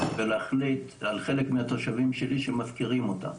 ולהחליט על חלק מהתושבים שלי שמפקירים אותם.